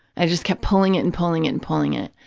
i just kept pulling it and pulling it and pulling it.